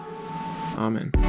Amen